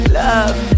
love